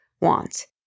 want